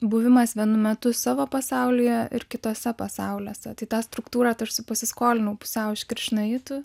buvimas vienu metu savo pasaulyje ir kituose pasauliuose tai tą struktūrą tarsi pasiskolinau pusiau iš krišnaitų